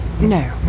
No